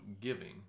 giving